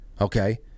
okay